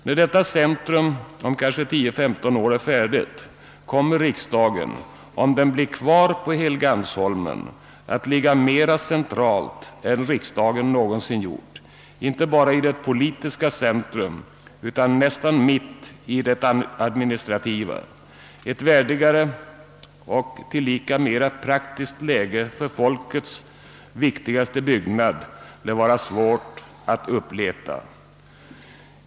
När detta centrum om kanske 10—15 år är färdigt kommer riksdagen, om den blir kvar på Helgeandsholmen, att ligga mer centralt än riksdagen någonsin gjort, inte bara i det politiska centrum utan nästan mitt i det administrativa. Ett värdigare och tillika mera praktiskt läge för folkets viktigaste byggnad lär vara svårt att uppleta.